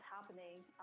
happening